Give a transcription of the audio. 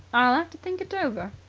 i'll have to think it over,